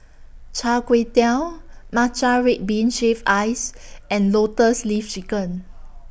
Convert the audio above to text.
Char Kway Teow Matcha Red Bean Shaved Ice and Lotus Leaf Chicken